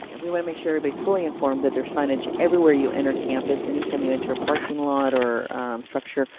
and we want to make sure everybody's fully informed that there's signage everywhere you enter campus, anytime you enter a parking lot or structure,